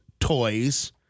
toys